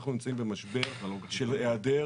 אנחנו נמצאים במשבר של היעדר